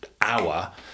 hour